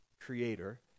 creator